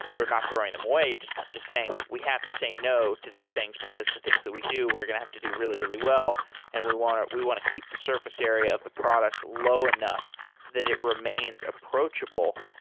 or not throwing them away, just saying we have to say no to these things because the things that we do we're going to have to do really, really well and we want we want to keep the surface area of the product low enough that it remains approachable.